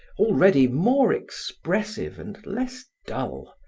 already more expressive and less dull.